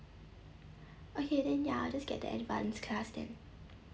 okay then ya I'll just get the advance class then